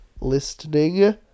listening